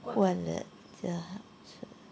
罐的 ya